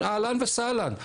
אהלן וסהלן.